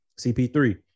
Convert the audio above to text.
CP3